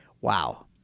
wow